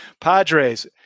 Padres